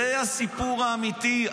זה הסיפור האמיתי.